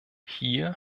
hier